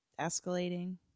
escalating